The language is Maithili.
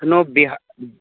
एखनो बिहार